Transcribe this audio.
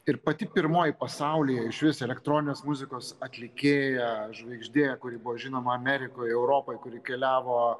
ir pati pirmoji pasaulyje išvis elektroninės muzikos atlikėja žvaigždė kuri buvo žinoma amerikoj europoj kuri keliavo